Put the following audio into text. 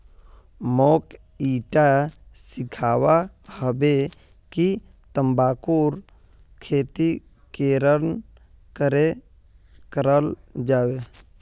मोक ईटा सीखवा हबे कि तंबाकूर खेती केरन करें कराल जाबे